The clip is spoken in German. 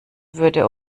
würde